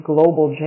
Global